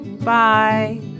Bye